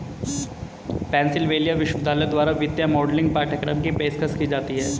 Pennsylvania विश्वविद्यालय द्वारा वित्तीय मॉडलिंग पाठ्यक्रम की पेशकश की जाती हैं